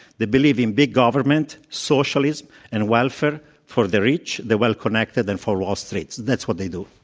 they believe in big government, socialist and welfare for the rich, the well connected and for wall street. that's what they do.